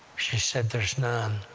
she said, there's none.